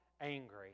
angry